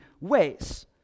ways